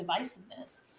divisiveness